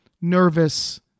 nervous